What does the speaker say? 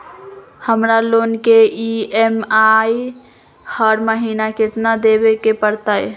हमरा लोन के ई.एम.आई हर महिना केतना देबे के परतई?